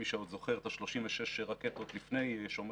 מי שעוד זוכר את ה-36 רקטות לפני שומר